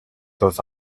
those